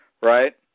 right